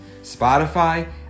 Spotify